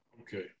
Okay